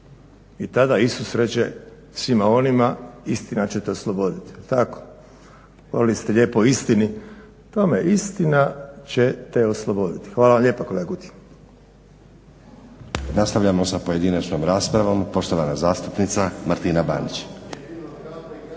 i tada Isus reče svima onima istina će te osloboditi. Tako, govorili ste lijepo o istini, tome istina će te osloboditi. Hvala vam lijepa kolega Kutija. **Stazić, Nenad (SDP)** Nastavljamo sa pojedinačnom raspravom. Poštovana zastupnica Martina Banić.